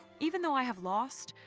even though i have lost,